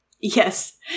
Yes